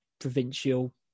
provincial